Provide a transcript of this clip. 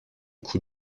coups